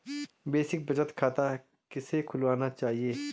Basic बचत खाता किसे खुलवाना चाहिए?